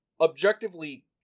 objectively